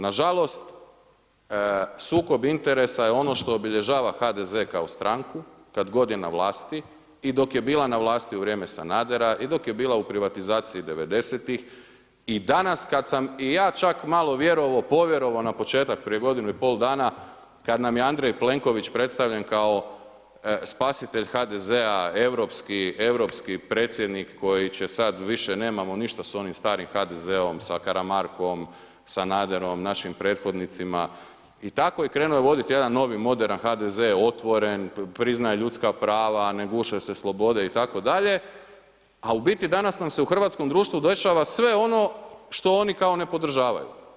Nažalost, sukob interesa je ono što obilježava HDZ kao stranku kad god je na vlasti, i dok je bila na vlasti u vrijeme Sanadera i dok je bila u privatizaciji '90. i danas kad sam i ja čak malo vjerovao, povjerovao na početak prije godinu i pol dana kad nam je Andrej Plenković predstavljen kao spasitelj HDZ-a, Europski predsjednik koji će sad, više nemamo ništa s onim starim HDZ-om, sa Karamarkom, Sanaderom, našim prethodnicima i tako i krenuo je vodit jedan novi moderan HDZ, otvoren, priznaje ljudska prava, ne guše se slobode itd. a u biti danas nam se u hrvatskom društvu dešava sve ono što oni kao ne podržavaju.